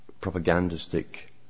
propagandistic